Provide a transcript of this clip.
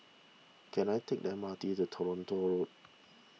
can I take the M R T to Toronto Road